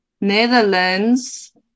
Netherlands